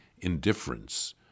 indifference